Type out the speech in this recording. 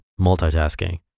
multitasking